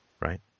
right